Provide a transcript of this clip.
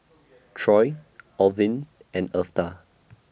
Troy Orvin and Eartha